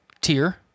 tier